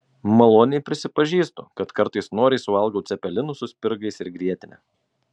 maloniai prisipažįstu kad kartais noriai suvalgau cepelinų su spirgais ir grietine